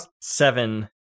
Seven